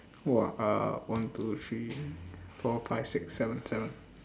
!wah! uh one two three four five six seven seven